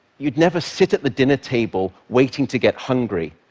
you'd never sit at the dinner table, waiting to get hungry,